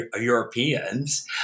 Europeans